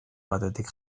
batetik